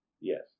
Yes